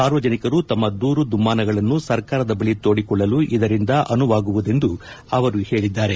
ಸಾರ್ವಜನಿಕರು ತಮ್ಮ ದೂರು ದುಮ್ಮಾನಗಳನ್ನು ಸರ್ಕಾರದ ಬಳಿ ತೋಡಿಕೊಳ್ಳಲು ಇದರಿಂದ ಅನುವಾಗುವುದೆಂದು ಅವರು ಹೇಳಿದ್ದಾರೆ